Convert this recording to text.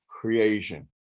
creation